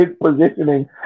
positioning